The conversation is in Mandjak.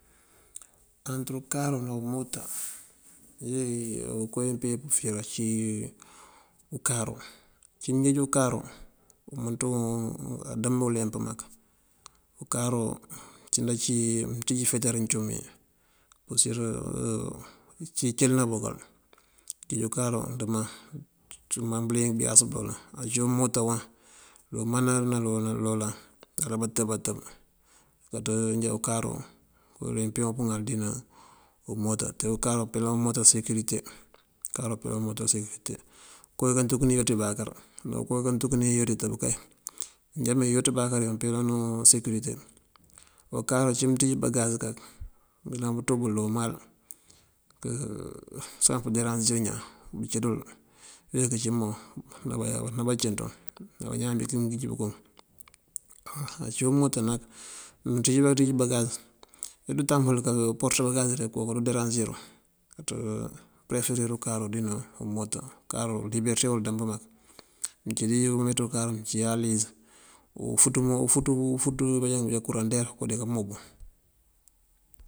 Antër ukáaru ná umoota yee ukoowí mëmpee wí pëfíir ací ukáaru. Ucí mënjeej ukáaru wumënţ wuŋ adëmb uleemp mak. Ukáaru, ucí ndací mënţíj ufetar incum yí mëmpurir icëlëna bukal këţíj ukáaru ndëmaŋ ndëmaŋ bëliyëng bëyasa bëloolan. Ací umoota waŋ ndëru manëna naloolan naloolan wala batëb batëb. Kaţí njá ukáaru wul wí mëmpee wuŋ pëŋal dí ná umoota te ukáaru peelan umoota sekirite, ukáaru peelan umota sekirite. Uko wí kantukëna wí iyoţ itëb kay manjáme iyoţ ibáakër yuŋ peelan wuŋ sekirite. Á ukáaru cí mënţíj bagas kak mëyëlan pëţú bul dí umal saŋ pënderansir ñaan ndëcí dul wí këcí moon ná bacinţú ná bañaan bíki mëngij bukunk waw. Ací umoota nak mënţíj bá këţíj bagas idutan bul kak uport bagas koka duderansir kaţí përeferir ukáaru dí ná umoota. Ukáaru liberëte wul uko dëmb mak. Mëncí dí babetú ukáaru mëncí alees ufuţ wí badeenk bëjá kurander uko dika mobu.